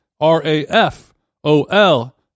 R-A-F-O-L